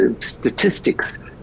statistics